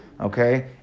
Okay